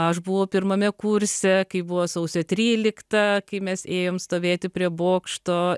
aš buvau pirmame kurse kai buvo sausio trylikta kai mes ėjom stovėti prie bokšto